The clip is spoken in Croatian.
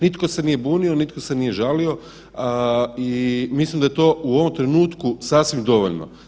Nitko se nije bunio, nitko se nije žalio i mislim da je to u ovom trenutku sasvim dovoljno.